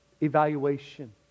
evaluation